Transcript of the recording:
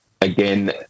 again